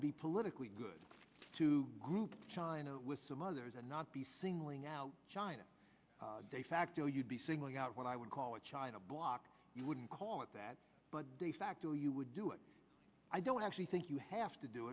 be politically good to group china with some others and not be singling out china de facto you'd be singling out what i would call a china block you wouldn't call it that de facto you would do it i don't i actually think you have to do